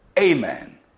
Amen